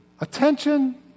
Attention